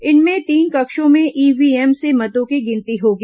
इनमें तीन कक्षों में ईव्हीएम से मतों की गिनती होगी